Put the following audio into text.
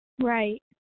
Right